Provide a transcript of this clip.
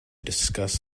discuss